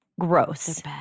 gross